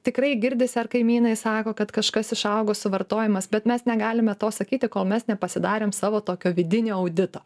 tikrai girdis ar kaimynai sako kad kažkas išaugo suvartojimas bet mes negalime to sakyti kol mes nepasidarėm savo tokio vidinio audito